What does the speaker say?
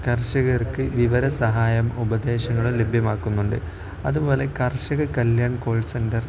കർഷകർക്ക് വിവര സഹായം ഉപദേശങ്ങൾ ലഭ്യമാക്കുന്നുണ്ട് അതുപോലെ കർഷക കല്യാൺ കോൾ സെൻ്റർ